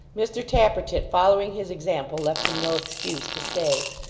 mr tappertit following his example, left him no excuse to stay.